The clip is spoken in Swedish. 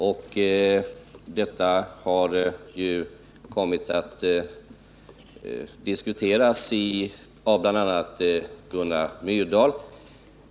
Detta ämne har ju kommit att diskuteras av bl.a. Gunnar Myrdal.